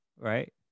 right